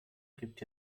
gibt